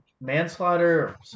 manslaughter